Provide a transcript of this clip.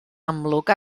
amlwg